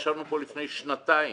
ישבנו כאן לפני שנתיים,